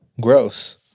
Gross